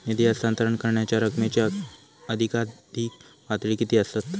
निधी हस्तांतरण करण्यांच्या रकमेची अधिकाधिक पातळी किती असात?